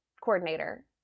Coordinator